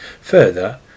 Further